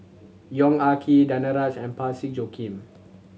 Yong Ah Kee Danaraj and Parsick Joaquim